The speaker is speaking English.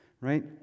right